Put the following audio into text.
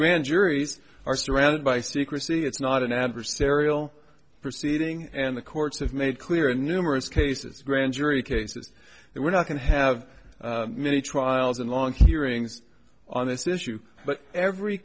grand juries are surrounded by secrecy it's not an adversarial proceeding and the courts have made clear in numerous cases grand jury cases that we're not going to have many trials and long hearings on this issue but every